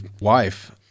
wife